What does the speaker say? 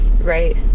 Right